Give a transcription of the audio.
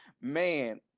man